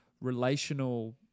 relational